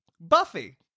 Buffy